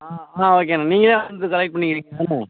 ஆ ஆ ஓகேண்ணா நீங்களே வந்து கலெக்ட் பண்ணிக்கிறீங்களாண்ணா